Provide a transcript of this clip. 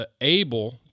able